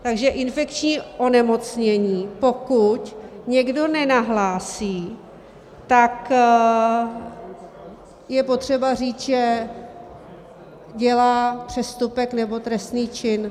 Takže infekční onemocnění, pokud někdo nenahlásí, tak je potřeba říct, že dělá přestupek nebo trestný čin.